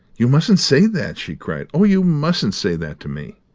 you mustn't say that! she cried. oh, you mustn't say that to me!